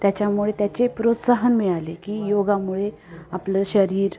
त्याच्यामुळे त्याचे प्रोत्साहन मिळाले की योगामुळे आपलं शरीर